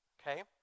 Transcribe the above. Okay